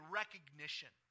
recognition